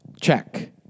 check